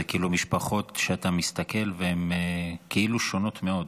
אלה משפחות שאתה מסתכל והן כאילו שונות מאוד,